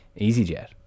EasyJet